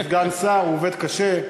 הוא סגן שר, הוא עובד קשה.